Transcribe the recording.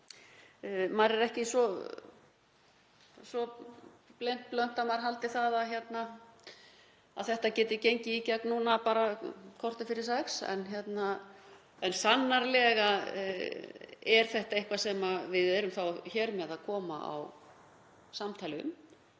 maður er ekki svo „blunt“ að maður haldi það að þetta geti gengið í gegn núna, bara korter fyrir sex. En sannarlega er þetta eitthvað sem við erum hér með að koma á samtali